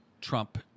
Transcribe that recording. Trump